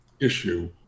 issue